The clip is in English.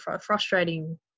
frustrating